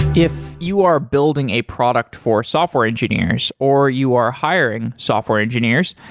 if you are building a product for software engineers, or you are hiring software engineers,